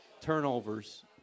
turnovers